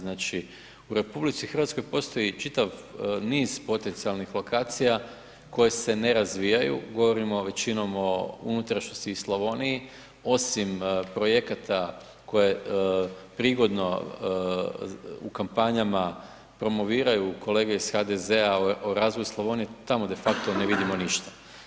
Znači, u RH postoji čitav niz potencijalnih lokacija koje se ne razvijaju, govorimo većinom o unutrašnjosti i Slavoniji, osim projekata koje prigodno u kampanjama promoviraju kolege iz HDZ-a o razvoju Slavonije, tamo defakto ne vidimo ništa.